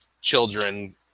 children